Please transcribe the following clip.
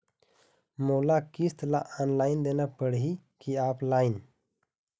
मोला किस्त ला ऑनलाइन देना पड़ही की ऑफलाइन?